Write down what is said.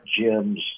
gyms